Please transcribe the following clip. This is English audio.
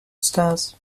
stars